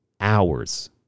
hours